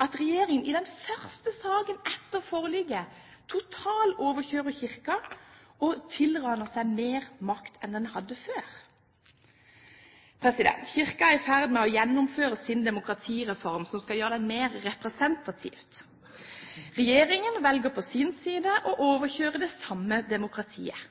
at regjeringen i den første saken etter forliket totaloverkjører Kirken og tilraner seg mer makt enn den hadde før. Kirken er i ferd med å gjennomføre sin demokratireform, som skal gjøre den mer representativ. Regjeringen velger på sin side å overkjøre det samme demokratiet.